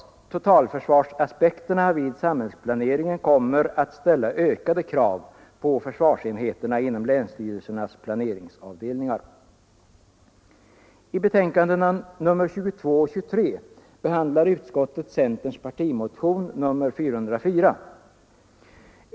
Totalförsvarsaspekterna vid samhällsplaneringen kommer att ställa ökande krav på försvarsenheterna inom länsstyrelsernas planeringsavdelningar. I betänkandena nr 22 och 23 behandlar utskottet centerns partimotion nr 404.